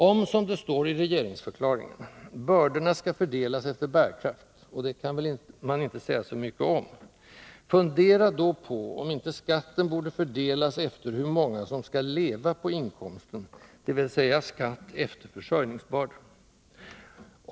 Om, som det står i regeringsförklaringen, bördorna skall fördelas efter bärkraft — och det kan man väl inte säga så mycket om — fundera då på om inte skatten borde fördelas efter hur många som skall leva på. inkomsten, dvs. skatt efter försörjningsbörda!